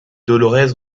dolorès